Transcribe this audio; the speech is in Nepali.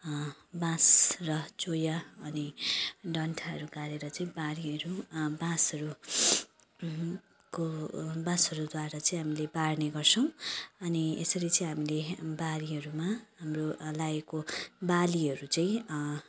बाँस र चोया अनि डन्ठाहरू गाडेर चाहिँ बारीहरू बाँसहरू को बाँसहरूद्वारा चाहिँ हामीले बार्ने गर्छौँ अनि यसरी चाहिँ हामीले बारीहरूमा हाम्रो लाएको बालीहरू चाहिँ